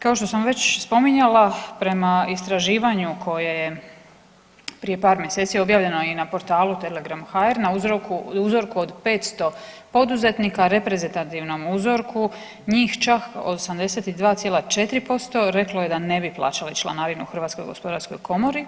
Kao što sam već spominjala prema istraživanju koje je prije par mjeseci objavljeno i na portalu Telegram.hr na uzorku od 500 poduzetnika, reprezentativnom uzorku njih čak 92,5% reklo je da ne bi plaćali članarinu HGK.